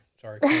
sorry